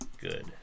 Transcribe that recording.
good